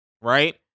right